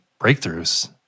breakthroughs